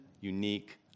unique